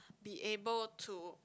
be able to